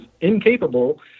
incapable